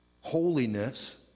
Holiness